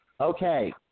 Okay